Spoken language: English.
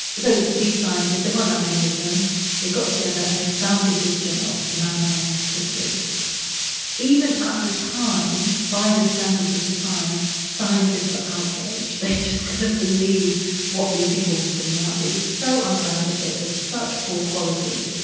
so these scientists there weren't that many of them they got together and they founded this journal, journal, the mankind quarterly even at the time, by the standards of the time, scientists were outraged. they just couldn't believe what these people were putting out. it was so unscientific, of such poor quality.